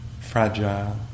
fragile